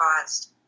caused